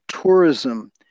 tourism